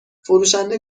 فروشنده